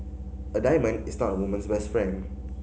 a diamond is not a woman's best friend